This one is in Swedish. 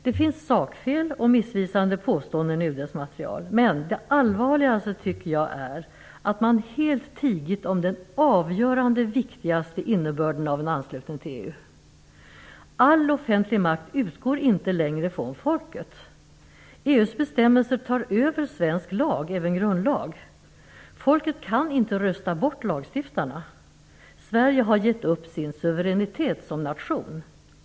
Det finns sakfel och missvisande påståenden i UD:s material, men det allvarligaste tycker jag är att man helt tigit om den avgjort viktigaste innebörden av en anslutning till EU. All offentlig makt utgår inte längre från folket. EU:s bestämmelser tar över svensk lag, även grundlag. Folket kan inte rösta bort lagstiftarna. Sverige har givit upp sin suveränitet som nation.